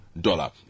dollar